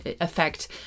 affect